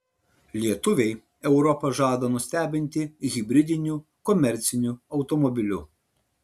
lietuviai europą žada nustebinti hibridiniu komerciniu automobiliu